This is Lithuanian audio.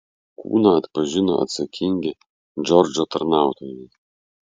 kūną atpažino atsakingi džordžo tarnautojai